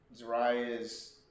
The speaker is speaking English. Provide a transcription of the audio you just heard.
Zariah's